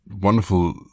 wonderful